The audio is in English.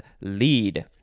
lead